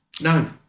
No